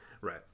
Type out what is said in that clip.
right